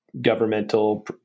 governmental